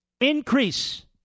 increase